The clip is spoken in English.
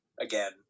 again